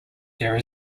there